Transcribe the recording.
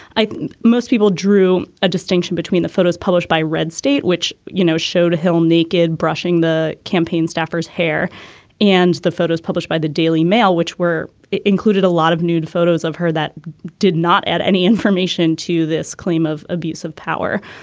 i think most people drew a distinction between the photos published by red state which you know showed a whole naked brushing the campaign staffers hair and the photos published by the daily mail which were included a lot of nude photos of her that did not add any information to this claim of abuse of power.